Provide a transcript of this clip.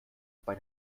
bei